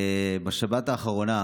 בשבת האחרונה